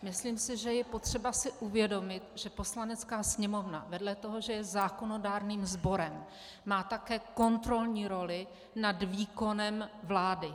Myslím si, že je potřeba si uvědomit, že Poslanecká sněmovna vedle toho, že je zákonodárným sborem, má také kontrolní roli nad výkonem vlády.